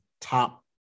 top